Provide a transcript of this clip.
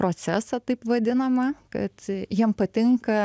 procesą taip vadinamą kad jiem patinka